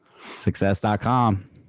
Success.com